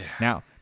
Now